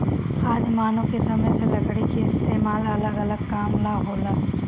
आदि मानव के समय से लकड़ी के इस्तेमाल अलग अलग काम ला होला